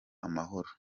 amahoro